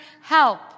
Help